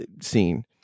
scene